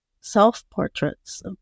self-portraits